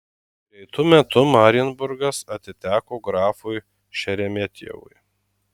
greitu metu marienburgas atiteko grafui šeremetjevui